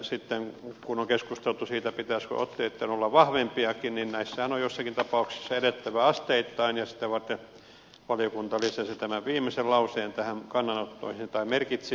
sitten kun on keskusteltu siitä pitäisikö otteitten olla vahvempiakin niin näissähän on joissakin tapauksissa edettävä asteittain ja sitä varten valiokunta merkitsi tämän viimeisen lauseen näihin kannanottoihin